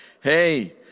Hey